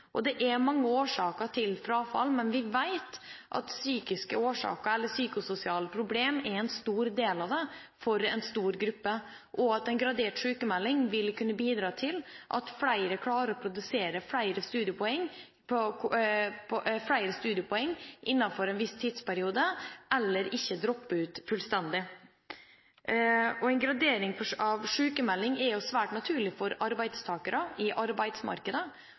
student. Det er mange årsaker til frafall, men vi vet at psykiske årsaker eller psykososiale problemer er en stor del av det for en stor gruppe, og at en gradert sykmelding vil kunne bidra til at flere klarer å produsere flere studiepoeng innenfor en viss tidsperiode, og ikke dropper ut fullstendig. En gradering av sykmelding er svært naturlig for arbeidstakere i arbeidsmarkedet,